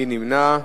מי נמנע?